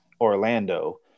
orlando